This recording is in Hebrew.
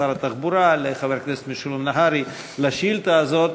שר התחבורה לחבר הכנסת משולם נהרי על השאילתה הזאת.